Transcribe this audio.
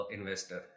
investor